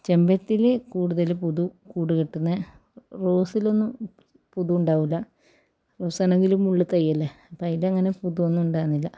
ചെമ്പരത്തിയിൽ കൂടുതൽ പുതു കൂട് കെട്ടുന്നത് റോസിലൊന്നും പുതു ഉണ്ടാവില്ല റോസ് ആണെങ്കിലും മുള്ള് തൈയ്യല്ലേ അപ്പം അതിൽ അങ്ങനെ പുതുവൊന്നും ഉണ്ടാവുന്നില്ല